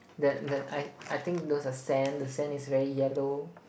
that that I I think those are sand the sand is very yellow